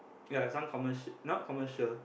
ya some commercia~ not commercial